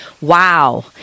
Wow